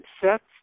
sets